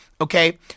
okay